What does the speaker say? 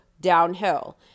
downhill